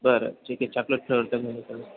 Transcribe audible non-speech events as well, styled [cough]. बरं ठीक आहे चॉकलेट [unintelligible]